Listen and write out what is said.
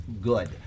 good